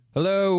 Hello